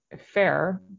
fair